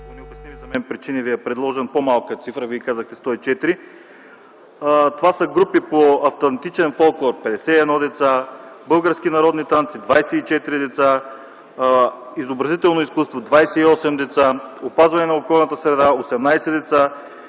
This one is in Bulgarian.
за мен причини Ви е предложена по-малка цифра – Вие казахте 104. Това са групи по: автентичен фолклор – 51 деца, български народни танци – 24 деца, изобразително изкуство – 28 деца, опазване на околната среда – 18 деца,